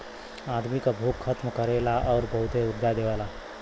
आदमी क भूख खतम करेला आउर बहुते ऊर्जा देवेला